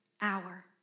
hour